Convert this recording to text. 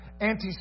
Anti